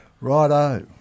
Righto